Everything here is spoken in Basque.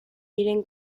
diren